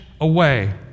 away